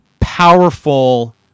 powerful